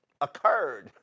occurred